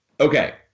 Okay